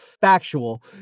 factual